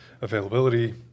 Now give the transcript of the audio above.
availability